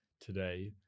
today